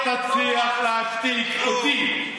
אתה לא תצליח להשתיק אותי,